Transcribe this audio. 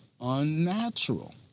unnatural